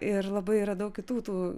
ir labai yra daug kitų tų